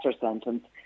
sentence